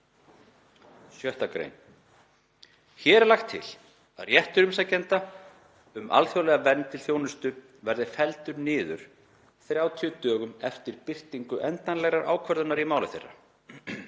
6. gr. Hér er lagt til að réttur umsækjenda um alþjóðlega vernd til þjónustu verði felldur niður 30 dögum eftir birtingu endanlegrar ákvörðunar í máli þeirra.